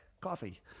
coffee